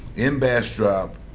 in bastrop